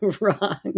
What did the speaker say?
wrong